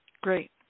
Great